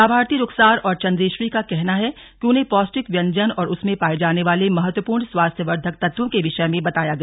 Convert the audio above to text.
लाभार्थी रुखसार और चंद्रेश्वरी का कहना है कि उन्हें पौष्टिक व्यंजन और उस में पाए जाने वाले महत्वपूर्ण स्वास्थ्यवर्धक तत्वों के विषय में बताया गया